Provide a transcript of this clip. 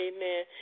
Amen